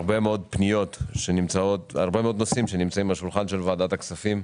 הרבה מאוד נושאים שנמצאים על השולחן של ועדת הכספים,